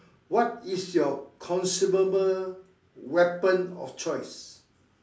what is your consumable weapon of choice